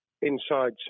inside